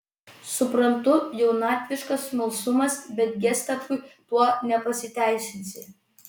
suprantu jaunatviškas smalsumas bet gestapui tuo nepasiteisinsi